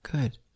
Good